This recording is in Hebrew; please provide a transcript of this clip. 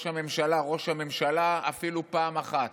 הממשלה "ראש הממשלה" אפילו פעם אחת,